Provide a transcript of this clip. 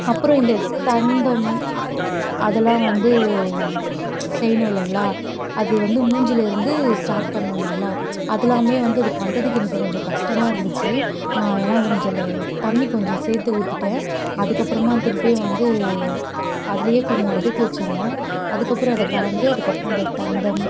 அப்புறம் இந்த தந்தம் அதெல்லாம் வந்து செய்யணும் இல்லைங்களா அது வந்து மூஞ்சியிலருந்து ஸ்டார்ட் பண்ணனும் இல்லைங்களா அதெல்லாமே வந்து அது பண்ணுறதுக்கு எனக்கு கொஞ்சம் கஷ்டமாக இருந்துச்சு நான் ஏன்னால் அதில் கொஞ்சம் தண்ணிர் கொஞ்சம் சேர்த்து ஊற்றிட்டேன் அதுக்கப்புறமா திருப்பியும் வந்து அதுலேயே கொஞ்சம் நான் எடுத்து வச்சிருந்தேன் அதுக்கப்புறம் அதை கலந்து அதுக்கப்புறம் இந்த தந்தம்